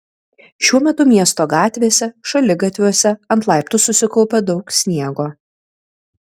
šiuo metu miesto gatvėse šaligatviuose ant laiptų susikaupę daug sniego